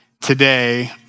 today